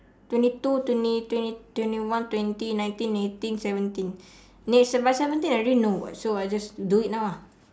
twenty two twenty twenty twenty one twenty nineteen eighteen seventeen then it's by seventeen I already know [what] so I just do it now ah